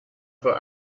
for